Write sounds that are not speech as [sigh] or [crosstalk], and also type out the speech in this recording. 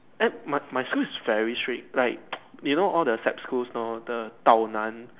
eh my my school is very strict like [noise] you know all the S_A_P schools know the Tao Nan